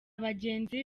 bagenzi